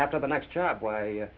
after the next job why